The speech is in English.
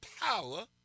power